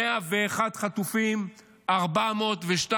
101 חטופים, 402 ימים.